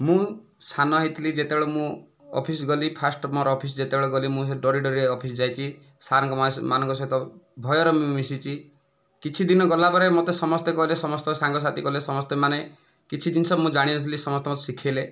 ମୁଁ ସାନ ହୋଇଥିଲି ଯେତେବେଳେ ମୁଁ ଅଫିସ ଗଲି ଫାଷ୍ଟ୍ ମୋ'ର ଅଫିସ ଯେତେବେଳେ ଗଲି ମୁଁ ଡରି ଡରି ଅଫିସ ଯାଇଛି ସାର୍ ମାନଙ୍କ ସହିତ ଭୟରେ ମିଶିଛି କିଛିଦିନ ଗଲାପରେ ମୋତେ ସମସ୍ତେ କହିଲେ ସମସ୍ତ ସାଙ୍ଗସାଥି କହିଲେ ସମସ୍ତେ ମାନେ କିଛି ଜିନିଷ ମୁଁ ଜାଣିନଥିଲି ସମସ୍ତେ ମୋତେ ଶିଖାଇଲେ